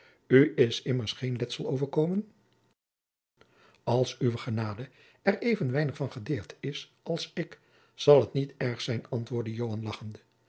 is immers geen letzel overkomen als uwe genade er even weinig van gedeerd is als ik zal het niet erg zijn antwoordde joan lagchende